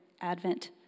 Advent